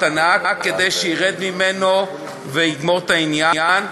הנאה כדי שירד ממנו ויגמור את העניין,